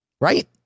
right